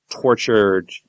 tortured